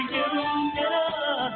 reunion